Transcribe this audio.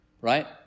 right